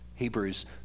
Hebrews